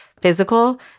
physical